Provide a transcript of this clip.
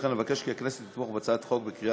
לכן אבקש כי הכנסת תתמוך בהצעת החוק בקריאה